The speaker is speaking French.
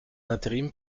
d’intérim